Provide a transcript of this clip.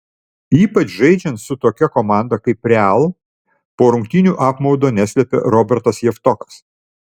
ypač žaidžiant su tokia komanda kaip real po rungtynių apmaudo neslėpė robertas javtokas